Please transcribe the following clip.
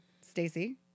Stacey